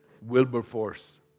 Wilberforce